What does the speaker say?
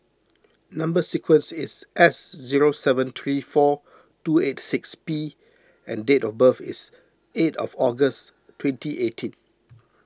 Number Sequence is S zero seven three four two eight six P and date of birth is eight of August twenty eighteen